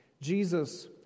Jesus